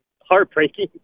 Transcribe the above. heartbreaking